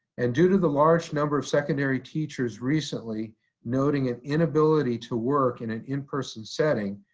and due to the large number of secondary teachers recently noting an inability to work in an in-person setting,